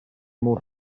more